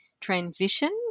transitions